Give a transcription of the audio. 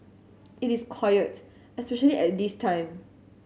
it is quiet especially at this time